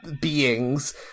beings